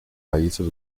países